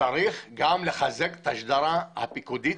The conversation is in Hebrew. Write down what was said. צריך לחזק גם את השדרה הפיקודית,